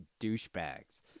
douchebags